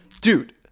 Dude